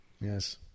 Yes